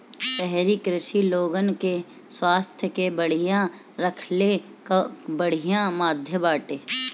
शहरी कृषि लोगन के स्वास्थ्य के बढ़िया रखले कअ बढ़िया माध्यम बाटे